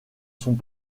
sont